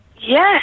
Yes